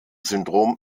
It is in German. syndrom